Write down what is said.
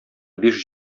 биш